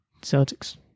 Celtics